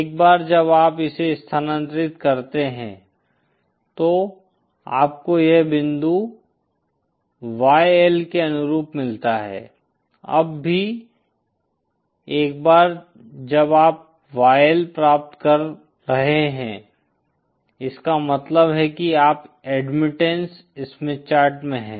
एक बार जब आप इसे स्थानांतरित करते हैं तो आपको यह बिंदु YL के अनुरूप मिलता है अब भी एक बार जब आप YL प्राप्त कर रहे हैं इसका मतलब है कि आप एडमिटन्स स्मिथ चार्ट में हैं